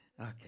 Okay